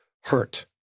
hurt